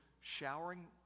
showering